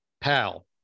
pal